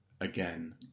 again